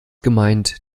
gemeint